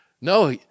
No